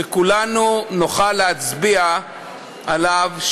שכולנו נוכל להצביע עליו,